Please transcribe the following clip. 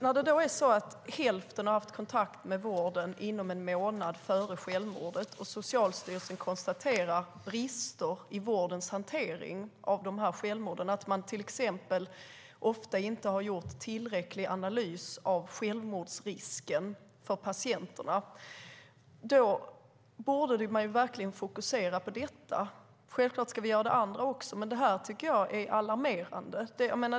När hälften har haft kontakt med vården inom en månad före självmordet och Socialstyrelsen konstaterar brister i vårdens hantering av de här självmorden - till exempel har man ofta inte gjort tillräcklig analys av självmordsrisken för patienterna - borde vi verkligen fokusera på det. Självklart ska vi göra det andra också, men det här tycker jag är alarmerande.